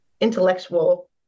intellectual